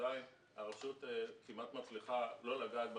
עדיין הרשות כמעט מצליחה לא לגעת ברזרבה.